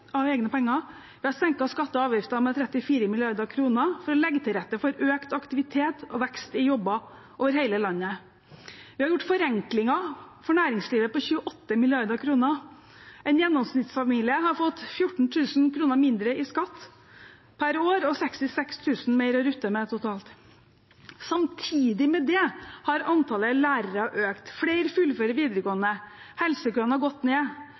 av egne penger. Vi har senket skatter og avgifter med 34 mrd. kr for å legge til rette for økt aktivitet og vekst i jobber over hele landet. Vi har gjort forenklinger for næringslivet for 28 mrd. kr. En gjennomsnittsfamilie har fått 14 000 kr mindre i skatt per år og 66 000 kr mer å rutte med totalt. Samtidig med det har antallet lærere økt. Flere fullfører videregående. Helsekøene har gått ned.